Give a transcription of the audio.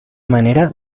manera